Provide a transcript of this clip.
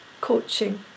coaching